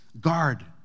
guard